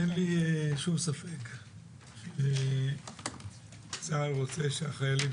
אין לי שום ספק שצה"ל רוצה שהחיילים